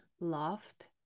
loved